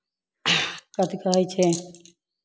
कथी कहै छै